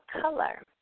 color